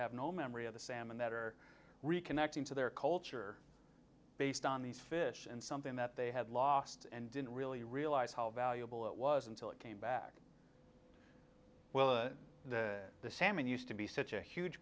have no memory of the salmon that are reconnecting to their culture based on these fish and something that they had lost and didn't really realize how valuable it was until it came back well the the salmon used to be such a huge